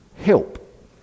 help